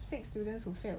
six students who fail